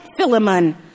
Philemon